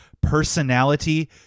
personality